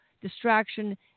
distraction